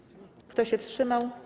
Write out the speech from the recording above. Kto się wstrzymał?